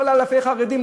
כל אלפי החרדים,